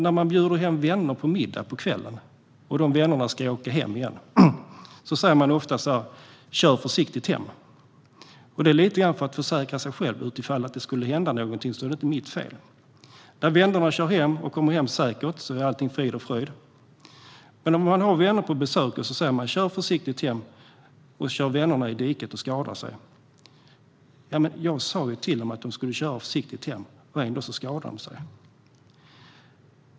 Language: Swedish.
När man bjudit hem vänner på middag på kvällen och vännerna ska åka hem igen säger man ofta: Kör försiktigt hem! Det är lite grann för att försäkra sig själv - ifall det skulle hända någonting är det inte ens eget fel. Om vännerna kör iväg och kommer hem säkert är allting frid och fröjd. Om vännerna kör i diket och skadar sig kan man tänka: Men jag sa ju till dem att de skulle köra försiktigt hem! Ändå skadade de sig!